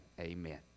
Amen